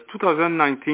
2019